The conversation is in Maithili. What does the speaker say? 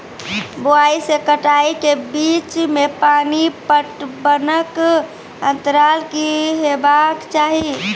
बुआई से कटाई के बीच मे पानि पटबनक अन्तराल की हेबाक चाही?